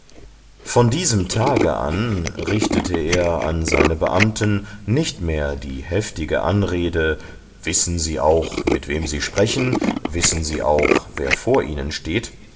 von diesem tage an richtete er an seine beamten nicht mehr die heftige anrede wissen sie auch mit wem sie sprechen wissen sie auch wer vor ihnen steht